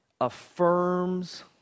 affirms